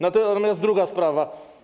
Natomiast druga sprawa.